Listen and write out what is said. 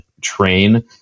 train